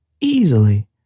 easily